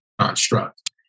construct